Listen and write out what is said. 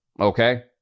okay